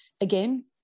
again